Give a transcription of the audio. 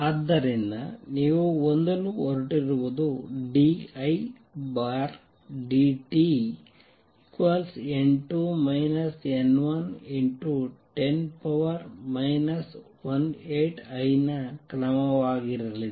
ಆದ್ದರಿಂದ ನೀವು ಹೊಂದಲು ಹೊರಟಿರುವುದು d I d T 10 18I ನ ಕ್ರಮವಾಗಿರಲಿದೆ